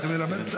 את מלמדת,